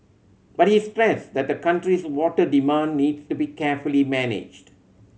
but he stressed that the country's water demand needs to be carefully managed